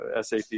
SAP